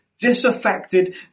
disaffected